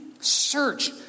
Search